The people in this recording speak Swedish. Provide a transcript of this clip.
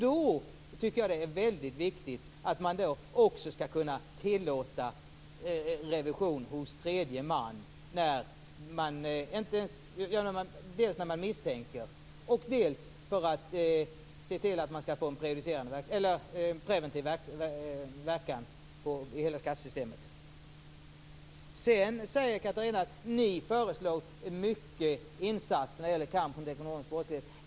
Därför tycker jag också att det är viktigt att man skall kunna tillåta revision hos tredje man - dels vid misstanke, dels för att få en preventiv verkan på hela skattesystemet. Sedan säger Catharina Hagen att moderaterna har föreslagit mycket insatser när det gäller kampen mot ekonomisk brottslighet.